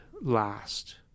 last